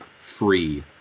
free